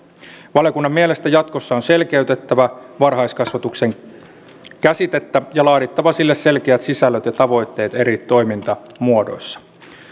valiokunnan mielestä jatkossa on selkeytettävä varhaiskasvatuksen käsitettä ja laadittava sille selkeät sisällöt ja tavoitteet eri toimintamuodoissa